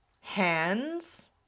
hands